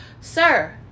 sir